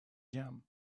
jam